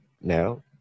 no